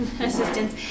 assistance